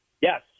Yes